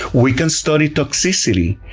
we can study toxicity,